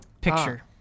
picture